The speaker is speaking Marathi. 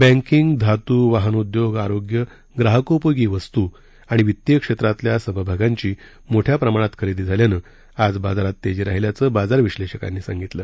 बँकिंग धातू वाहनोद्योग आरोग्य ग्राहकोपयोगी वस्तू आणि आर्थिक क्षेत्रातल्या समभागांची मोठ्या प्रमाणात खरेदी झाल्यानं आज बाजारात तेजी राहिल्याचं बाजार विश्लेषकांनी सांगितलं